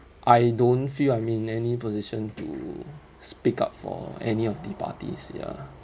I don't feel I'm in any position to speak out for any of the parties ya